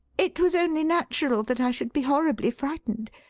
it was only natural that i should be horribly frightened,